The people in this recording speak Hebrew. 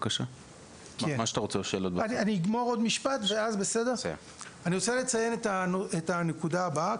אני רוצה לציין את הנקודה הבאה.